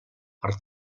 per